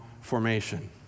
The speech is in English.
formation